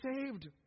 saved